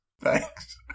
Thanks